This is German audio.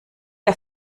der